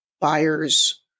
buyers